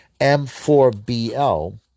M4BL